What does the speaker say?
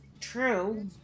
true